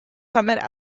summit